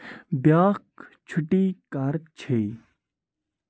بیٛاکھ چھُٹی کَر چھیٚے